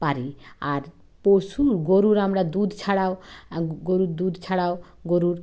পারি আর পশুর গরুর আমরা দুধ ছাড়াও গরুর দুধ ছাড়াও গরুর